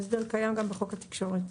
ההסדר קיים גם בחוק התקשורת.